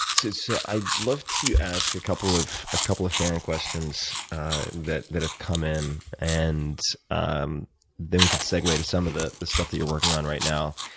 so i'd love to ask a couple of couple of fan and questions that that have come in, and um then we can segue to some of the stuff that you're working on right now.